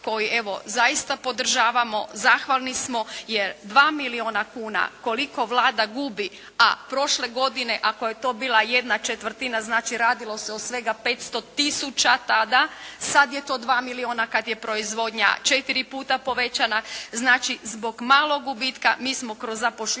koji zaista podržavamo zahvalni smo jer 2 milijuna kuna koliko Vlada gubi, a prošle godine ako je to bila ¼ znači radilo se svega 500 tisuća tada, sada je to 2 milijuna kada je proizvodnja 4 puta povećana, znači zbog malo gubitka mi smo kroz zapošljavanje